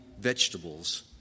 vegetables